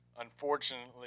unfortunately